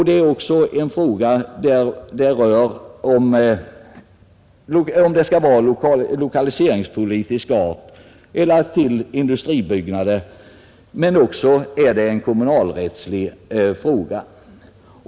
Det är även en lokaliseringspolitisk och kommunalrättslig fråga.